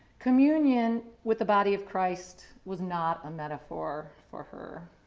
communion with the body of christ was not a metaphor for her.